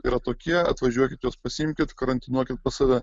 yra tokie atvažiuokit juos pasiimkit karantinuokit pas save